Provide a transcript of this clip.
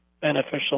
beneficial